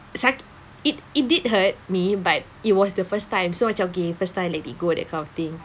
saki~ it it did hurt me but it was the first time so macam okay first time let it go that kind of thing